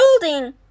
building